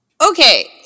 Okay